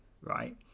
right